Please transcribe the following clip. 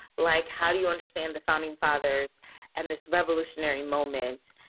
like, how do you understand the founding fathers and this revolutionary moment?